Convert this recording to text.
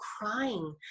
crying